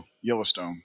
Yellowstone